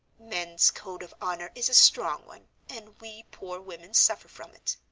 men's code of honor is a strong one, and we poor women suffer from it.